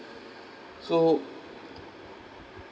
so